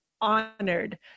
honored